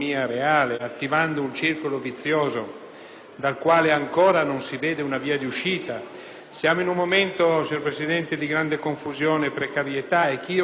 Siamo in un momento, signor Presidente, di grande confusione e precarietà e chi ostenta, come ha ostentato, grande sicurezza dovrà comunque subire una verifica nel tempo.